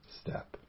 step